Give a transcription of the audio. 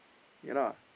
ya lah